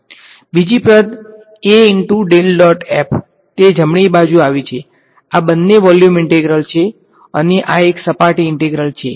બીજી પદ તે જમણી બાજુ આવી છેઆ બંને વોલ્યુમ ઇંટેગ્રલ્સ છે અને આ એક સપાટી ઇંટેગ્રલ છે